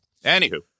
anywho